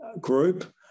group